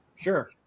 Sure